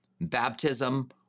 baptism